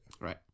Right